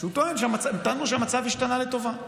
הם טענו שהמצב השתנה לטובה.